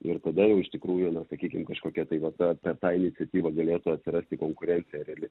ir tada jau iš tikrųjų na sakykim kažkokia tai va ta ta ta iniciatyva galėtų atsirasti konkurencija reali